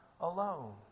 alone